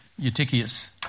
Eutychius